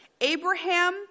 Abraham